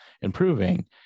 improving